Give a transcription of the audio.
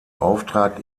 auftrag